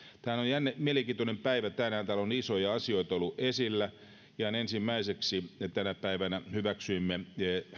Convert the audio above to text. täällä on jännä mielenkiintoinen päivä tänään täällä on isoja asioita ollut esillä ihan ensimmäiseksi tänä päivänä hyväksyimme